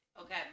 Okay